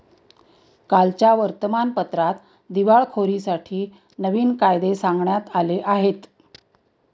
कालच्या वर्तमानपत्रात दिवाळखोरीसाठी नवीन कायदे सांगण्यात आले आहेत